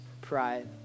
pride